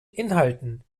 inhalten